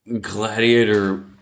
Gladiator